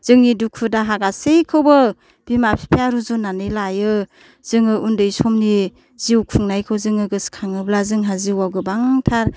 जोंनि दुखु दाहा गासैखौबो बिमा बिफाया रुजुननानै लायो जोङो उन्दै समनि जिउ खुंनायखौ जोङो गोसोखाङोब्ला जोंहा जिउआव गोबांथार